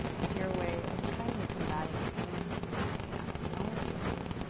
it's your way of kindly combating pain and saying, i acknowledge you.